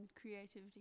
creativity